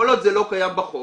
כל עוד זה לא קיים בחוק